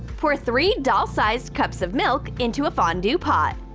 pour three doll-sized cups of milk into a fondue pot.